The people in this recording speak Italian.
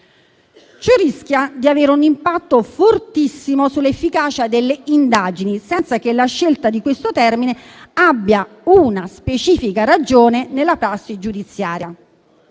rischia cioè di avere un impatto fortissimo sull'efficacia delle indagini, senza che la scelta di questo termine abbia una specifica ragione nella prassi giudiziaria.